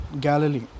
Galilee